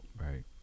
Right